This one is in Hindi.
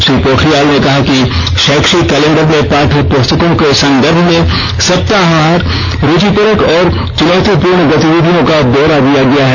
श्री पोखरियाल ने कहा कि शैक्षिक कैलेंडर में पाठ्य पुस्तकों के संदर्भ में सप्ताहवार रूचिपरक और चुनौतिपूर्ण गतिविधियों का ब्यौरा दिया गया है